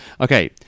Okay